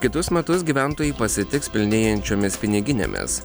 kitus metus gyventojai pasitiks pilnėjančiomis piniginėmis